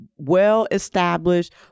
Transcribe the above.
well-established